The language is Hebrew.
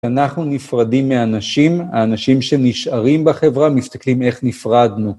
אנחנו נפרדים מאנשים, האנשים שנשארים בחברה מסתכלים איך נפרדנו.